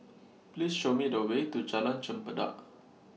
Please Show Me The Way to Jalan Chempedak